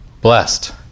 Blessed